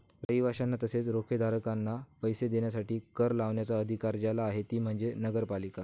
रहिवाशांना तसेच रोखेधारकांना पैसे देण्यासाठी कर लावण्याचा अधिकार ज्याला आहे ती म्हणजे नगरपालिका